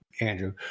Andrew